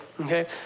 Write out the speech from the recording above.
okay